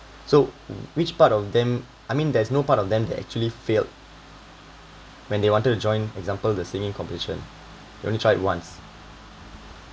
so which part of them I mean there's no part of them actually failed when they wanted to join example the singing competition only tried once